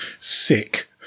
sick